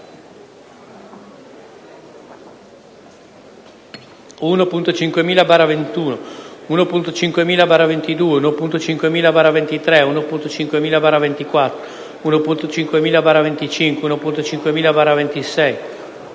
1.5000/21, 1.5000/22, 1.5000/23, 1.5000/24, 1.5000/25, 1.5000/26,